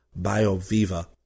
BioViva